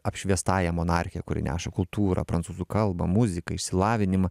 apšviestąja monarche kuri neša kultūrą prancūzų kalbą muziką išsilavinimą